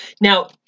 now